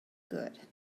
good